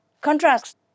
contracts